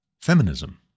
feminism